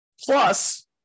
Plus